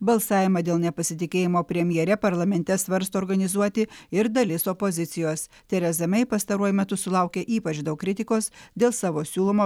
balsavimą dėl nepasitikėjimo premjere parlamente svarsto organizuoti ir dalis opozicijos tereza mei pastaruoju metu sulaukia ypač daug kritikos dėl savo siūlomo